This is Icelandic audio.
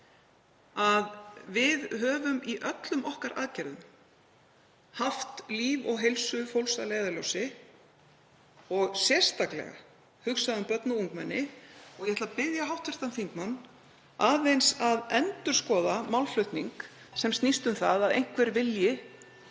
að við höfum í öllum okkar aðgerðum haft líf og heilsu fólks að leiðarljósi og sérstaklega hugsað um börn og ungmenni. Ég ætla að biðja hv. þingmann aðeins að endurskoða málflutning sem snýst um það að einhver vilji